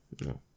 no